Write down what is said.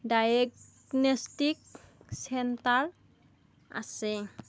diagnostic centre আছে